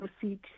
proceed